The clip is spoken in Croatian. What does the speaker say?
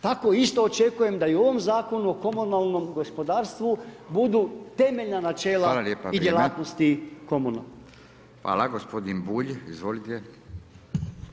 Tako isto očekujem da i u ovom Zakonu o komunalnom gospodarstvu budu temeljna načela i djelatnosti komunalne.